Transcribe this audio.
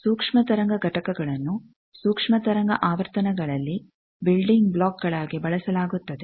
ಸೂಕ್ಷ್ಮ ತರಂಗ ಘಟಕಗಳನ್ನು ಸೂಕ್ಷ್ಮ ತರಂಗ ಆವರ್ತನಗಳಲ್ಲಿ ಬಿಲ್ಡಿಂಗ್ ಬ್ಲಾಕ್ಗಳಾಗಿ ಬಳಸಲಾಗುತ್ತದೆ